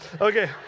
Okay